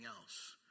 else